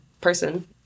person